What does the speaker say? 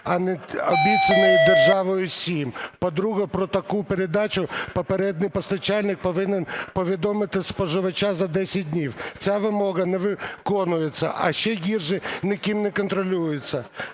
а не обіцяні державою 7. По-друге, про таку передачу попередній постачальник повинен повідомити споживача за 10 днів, ця вимога не виконується, а ще гірше, ніким не контролюється.